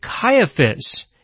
Caiaphas